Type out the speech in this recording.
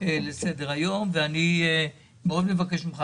אני מבקש ממך,